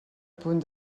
punt